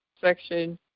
section